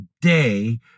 day